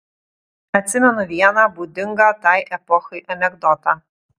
atsimenu vieną būdingą tai epochai anekdotą